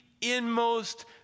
inmost